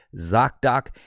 ZocDoc